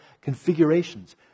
configurations